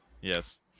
Yes